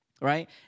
right